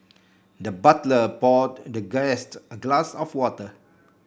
the butler poured the guest a glass of water